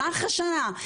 שנה אחרי שנה,